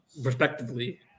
respectively